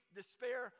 despair